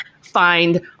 find